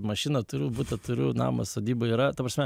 mašiną turiu butą turiu namą sodyba yra ta prasme